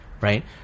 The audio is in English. right